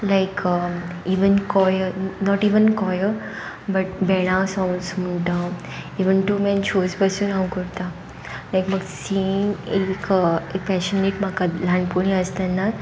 like even choir not even choir but भेणां songs म्हणटा even two man shows पसून हांव करतां लायक म्हाक सिंगिंग एक एक पॅशनेट म्हाका ल्हानपोणीं आसतनाच